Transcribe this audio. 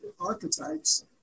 archetypes